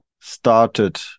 started